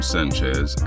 Sanchez